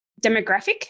demographic